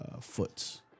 Foots